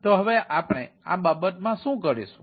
તો હવે આપણે આ બાબતમાં શું કરીશું